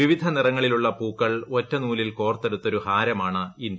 വിവിധ നിറങ്ങളിലുള്ള പൂക്കൾ ഒറ്റനൂലിൽ കോർത്തെടുത്തൊരു ഹാരമാണ് ഇന്ത്യ